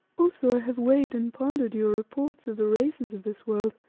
also i have weighed and pondered your reports of the races of this world